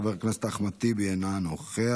חבר הכנסת איימן עודה,